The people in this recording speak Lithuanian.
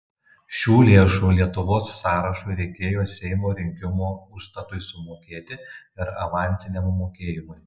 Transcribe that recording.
šių lėšų lietuvos sąrašui reikėjo seimo rinkimų užstatui sumokėti ir avansiniam mokėjimui